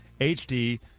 HD